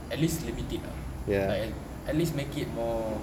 at least limit it ah like at at least make it more